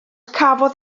cafodd